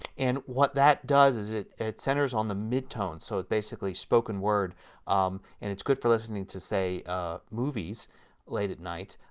and what that does is it it centers on the mid tone so it basically spoken word and it is good for listening to say movies late at night.